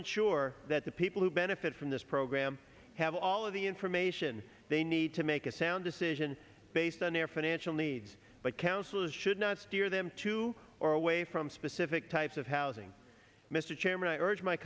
ensure that the people who benefit from this program have all of the information they need to make a sound decision based on their financial needs but counselors should not steer them to or away from specific types of housing mr